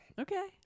Okay